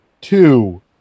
Two